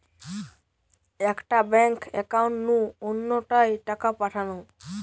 একটা bank account নু অন্য টায় টাকা পাঠানো